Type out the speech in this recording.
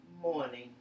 morning